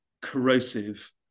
corrosive